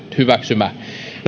hyväksymä